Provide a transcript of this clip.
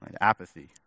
Apathy